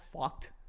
fucked